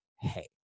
Hey